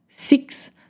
Six